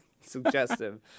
suggestive